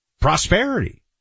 prosperity